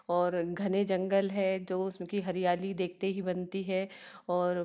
और घने जंगल हैं जो उस की हरियाली देखते ही बनती है और